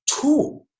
two